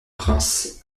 prince